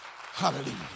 Hallelujah